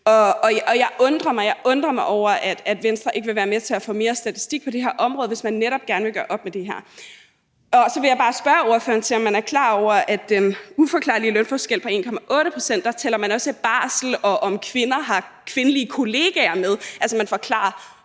mig; jeg undrer mig over, at Venstre ikke vil være med til at få mere statistik på det her område, hvis man netop gerne vil gøre op med det her. Så vil jeg bare spørge ordføreren til, om man er klar over, at i den uforklarlige lønforskel på 1,8 pct. tæller man også barsel, og om kvinder har kvindelige kollegaer, med, altså man forklarer